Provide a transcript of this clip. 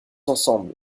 ensemble